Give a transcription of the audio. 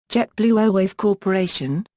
jetblue airways corporation,